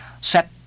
set